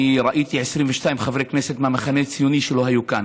אני ראיתי 22 חברי כנסת מהמחנה הציוני שלא היו כאן,